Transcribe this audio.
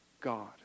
God